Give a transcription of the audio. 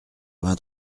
vingt